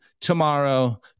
Tomorrow